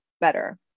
better